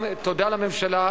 תודה לממשלה,